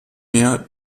mehr